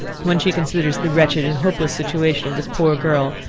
when she considers the wretched and hopeless situation of this poor girl,